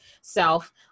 self